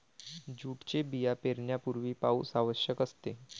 जूटचे बिया पेरण्यापूर्वी पाऊस आवश्यक असते